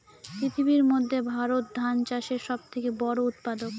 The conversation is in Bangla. পৃথিবীর মধ্যে ভারত ধান চাষের সব থেকে বড়ো উৎপাদক